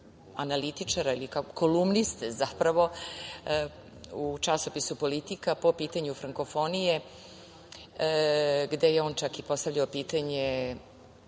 analitičara ili kolumniste zapravo po pitanju frankofonije, gde je on čak i postavljao pitanje